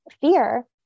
fear